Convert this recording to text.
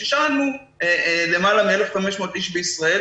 ששאלנו למעלה מ-1,500 איש בישראל,